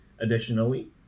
additionally